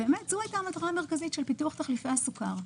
זו הייתה המטרה המרכזית של פיתוח תחליפי הסוכר.